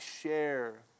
share